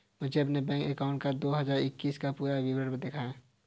मुझे अपने bank account का दो हज़ार इक्कीस का पूरा विवरण दिखाएँ?